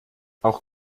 auch